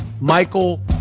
Michael